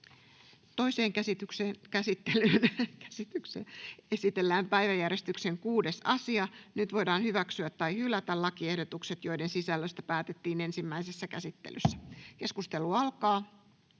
Toiseen käsittelyyn esitellään päiväjärjestyksen 5. asia. Nyt voidaan hyväksyä tai hylätä lakiehdotukset, joiden sisällöstä päätettiin ensimmäisessä käsittelyssä. — Keskustelu alkaa.